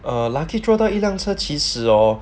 err lucky draw 到一辆车其实 hor